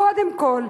קודם כול,